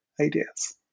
ideas